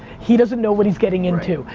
he doesn't know what he's getting into.